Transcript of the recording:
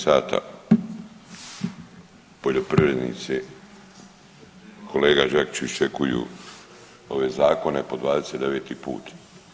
23 sata, poljoprivrednici, kolega Đakić iščekuju ove zakone po 29 put.